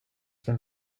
from